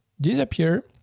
disappear